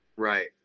Right